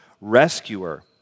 rescuer